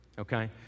Okay